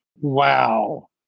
Wow